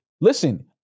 Listen